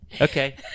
okay